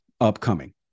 upcoming